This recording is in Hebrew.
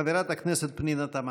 חברת הכנסת פנינה תמנו.